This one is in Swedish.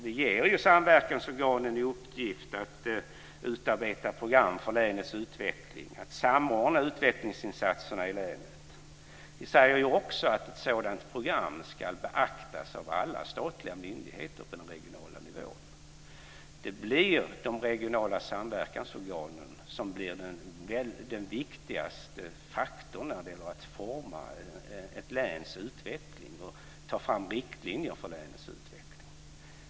Vi ger ju samverkansorganen i uppgift att utarbeta program för länets utveckling, att samordna utvecklingsinsatserna i länet. Vi säger också att ett sådant program ska beaktas av alla statliga myndigheter på den regionala nivån. Det blir de regionala samverkansorganen som blir den viktigaste faktorn när det gäller att forma ett läns utveckling och ta fram riktlinjer för länets utveckling.